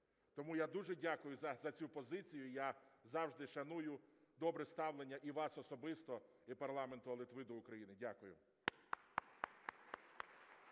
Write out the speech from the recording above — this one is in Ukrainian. Тому я дуже дякую за цю позицію, я завжди шаную добре ставлення і вас особисто, і парламенту Литви до України. Дякую.